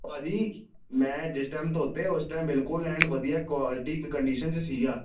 ਭਾਅ ਜੀ ਮੈਂ ਜਿਸ ਟਾਈਮ ਧੋਤੇ ਉਸ ਟਾਈਮ ਬਿਲਕੁਲ ਐਨ ਵਧੀਆ ਕੁਆਲਿਟੀ 'ਚ ਕੰਡੀਸ਼ਨ 'ਚ ਸੀਗਾ